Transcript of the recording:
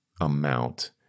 amount